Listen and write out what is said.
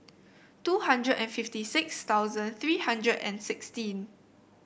two hundred and fifty six thousand three hundred and sixteen